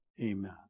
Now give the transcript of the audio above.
amen